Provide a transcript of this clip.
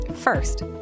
First